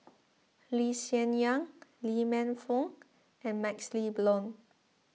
Lee Hsien Yang Lee Man Fong and MaxLe Blond